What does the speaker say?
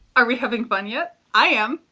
are we having fun yet? i am.